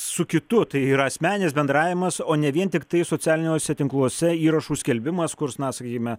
su kitu tai yra asmeninis bendravimas o ne vien tiktai socialiniuose tinkluose įrašų skelbimas kurs na sakykime